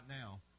now